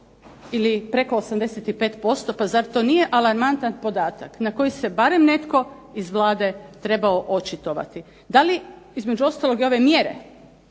ili preko 85%. Pa zar to nije alarmantan podatak na koji se barem netko iz Vlade trebao očitovati. Da li između ostalog i ove mjere